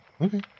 Okay